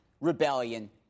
rebellion